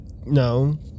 No